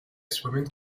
swimming